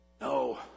No